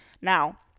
Now